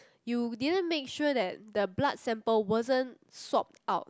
you didn't make sure that the blood sample wasn't swapped out